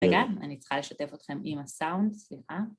רגע, אני צריכה לשתף אתכם עם הסאונד, סליחה.